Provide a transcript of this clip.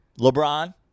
LeBron